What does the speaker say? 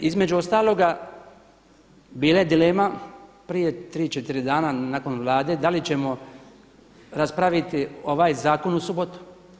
Između ostaloga bila je dilema prije 3, 4 dana nakon Vlade da li ćemo raspraviti ovaj zakon u subotu.